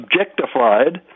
Objectified